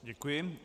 Děkuji.